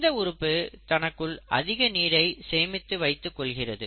இந்த உறுப்பு தனக்குள் அதிக நீரை சேமித்து வைத்துக் கொள்கிறது